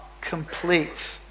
complete